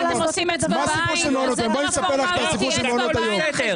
הכול בסדר.